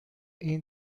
این